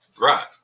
Right